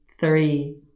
three